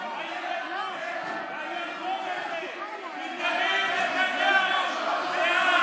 איבדת את זה,